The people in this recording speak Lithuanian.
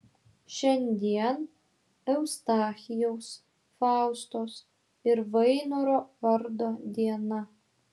šiandien eustachijaus faustos ir vainoro vardo diena